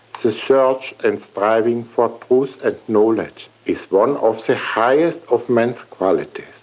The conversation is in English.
the search and striving for truth and knowledge is one of the highest of man's qualities,